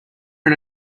are